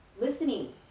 listening